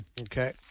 Okay